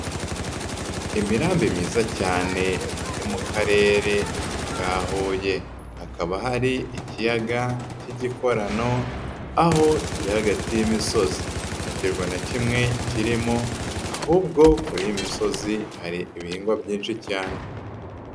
Imirambi myiza cyane yo mu karere ka huye. Hakaba hari ikiyaga cy'igikorano, aho kiri hagati y'imisozi. Nta kirwa na kimwe kirimo ahubwo kuri misozi hari ibihingwa byinshi cyane.